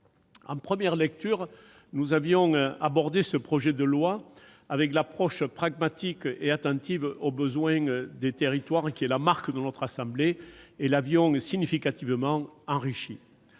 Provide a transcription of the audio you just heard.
En première lecture, nous avions abordé ce projet de loi avec l'approche pragmatique et attentive aux besoins des territoires qui est la marque de notre assemblée, et l'avions significativement enrichi.